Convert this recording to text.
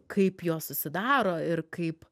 kaip jos susidaro ir kaip